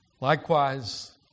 Likewise